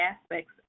aspects